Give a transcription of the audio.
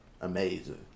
amazing